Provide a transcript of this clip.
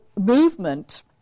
movement